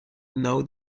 now